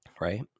right